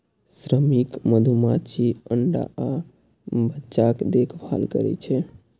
श्रमिक मधुमाछी अंडा आ बच्चाक देखभाल करै छै